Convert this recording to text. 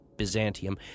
Byzantium